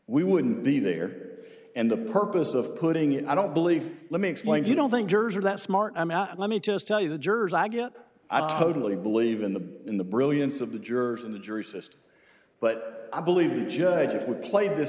we wouldn't be there and the purpose of putting it i don't believe let me explain you don't think jurors are that smart let me just tell you the jurors i get i totally believe in the in the brilliance of the jurors in the jury system but i believe the judge if we played this